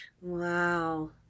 Wow